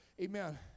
Amen